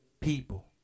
people